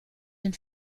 den